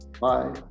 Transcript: Bye